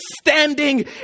standing